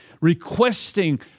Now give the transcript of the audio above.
requesting